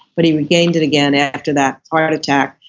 but he regained it again after that heart attack,